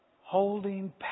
holding